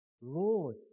Lord